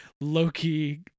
Loki